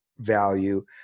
value